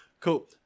Cool